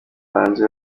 bahanzi